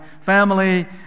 family